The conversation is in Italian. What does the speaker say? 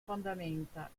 fondamenta